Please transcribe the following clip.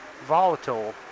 volatile